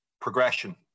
progression